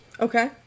Okay